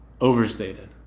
overstated